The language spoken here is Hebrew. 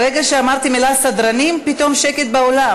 ברגע שאמרתי את המילה סדרנים פתאום יש שקט באולם.